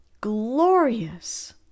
Glorious